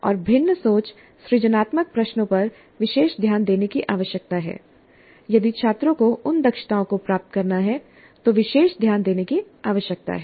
और भिन्न सोच सृजनात्मक प्रश्नों पर विशेष ध्यान देने की आवश्यकता है यदि छात्रों को उन दक्षताओं को प्राप्त करना है तो विशेष ध्यान देने की आवश्यकता है